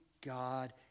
God